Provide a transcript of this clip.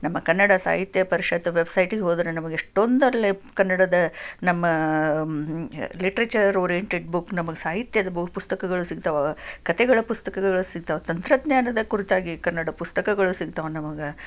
ನಮ್ಮ ಕನ್ನಡ ಸಾಹಿತ್ಯ ಪರಿಷತ್ತು ವೆಬ್ಸೈಟಿಗೆ ಹೋದರೆ ನಮಗೆ ಎಷ್ಟೊಂದು ಅಲ್ಲಿ ಕನ್ನಡದ ನಮ್ಮ ಲಿಟ್ರೇಚರ್ ಓರಿಯೆಂಟೆಡ್ ಬುಕ್ ನಮಗೆ ಸಾಹಿತ್ಯದ ಬುಕ್ ಪುಸ್ತಕಗಳು ಸಿಗ್ತವೆ ಕಥೆಗಳ ಪುಸ್ತಕಗಳು ಸಿಗ್ತಾವೆ ತಂತ್ರಜ್ಞಾನದ ಕುರಿತಾಗಿ ಕನ್ನಡ ಪುಸ್ತಕಗಳು ಸಿಗ್ತಾವೆ ನಮಗೆ